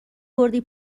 کردی